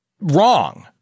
wrong